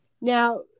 now